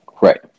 right